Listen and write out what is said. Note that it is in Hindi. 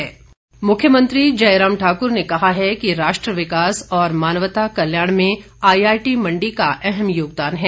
मुख्यमंत्री मुख्यमंत्री जयराम ठाकुर ने कहा है कि राष्ट्र विकास और मानवता कल्याण में आईआईटी मंडी का अहम योगदान है